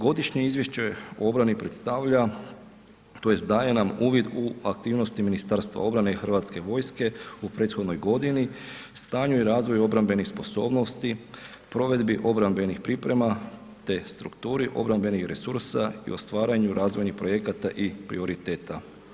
Godišnje izvješće o obrani predstavlja tj. daje nam uvid u aktivnosti Ministarstva obrane i Hrvatske vojske u prethodnoj godini, stanju i razvoju obrambenih sposobnosti, provedbi obrambenih priprema te strukturi te strukturi obrambenih resursa i o stvaranju razvojnih projekata i prioriteta.